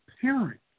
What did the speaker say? parent